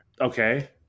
Okay